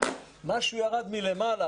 משהו ירד מלמעלה